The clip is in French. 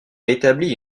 établi